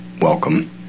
welcome